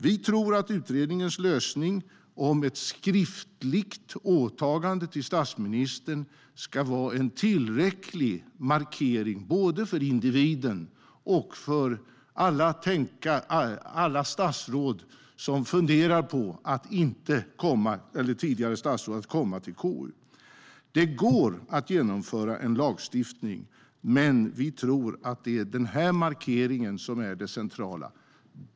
Vi tror att utredningens lösning, ett skriftligt åtagande till statsministern, ska vara en tillräcklig markering både för individen och för alla statsråd eller tidigare statsråd som funderar på att inte komma till KU. Det går att genomföra en lagstiftning, men vi tror att det är den här markeringen som är det centrala.